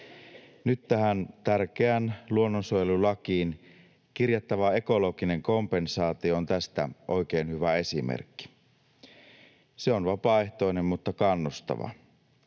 Nyt tähän tärkeään luonnonsuojelulakiin kirjattava ekologinen kompensaatio on tästä oikein hyvä esimerkki. Se on vapaaehtoinen mutta kannustava.